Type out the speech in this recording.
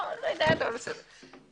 לא, טוב, בסדר.